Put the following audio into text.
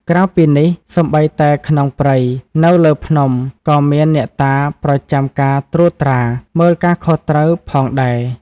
ក្រៅពីនេះ សូម្បីតែក្នុងព្រៃ នៅលើភ្នំ ក៏មានអ្នកតាប្រចាំការត្រួតត្រា មើលការខុសត្រូវផងដែរ។